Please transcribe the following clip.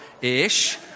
ish